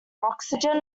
oxygen